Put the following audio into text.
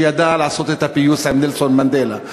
שידע לעשות את הפיוס עם נלסון מנדלה.